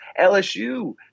LSU